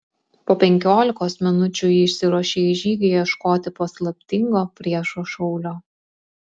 po penkiolikos minučių ji išsiruošė į žygį ieškoti paslaptingo priešo šaulio